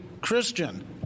Christian